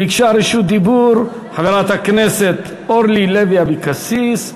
ביקשה רשות דיבור חברת הכנסת אורלי לוי אבקסיס.